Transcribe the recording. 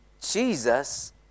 Jesus